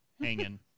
hanging